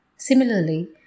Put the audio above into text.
Similarly